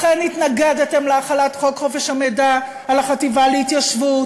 לכן התנגדתם להחלת חוק חופש המידע על החטיבה להתיישבות,